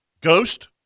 Ghost